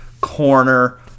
corner